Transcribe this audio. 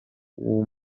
w’ubu